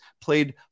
played